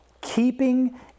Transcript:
keeping